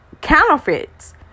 counterfeits